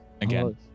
again